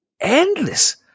endless